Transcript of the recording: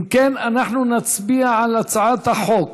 אם כן, אנחנו נצביע על הצעת חוק